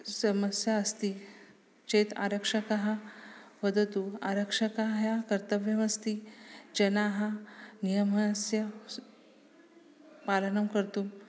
समस्या अस्ति चेत् आरक्षकः वदतु आरक्षकाय कर्तव्यमस्ति जनाः नियमस्य स् पालनं कर्तुं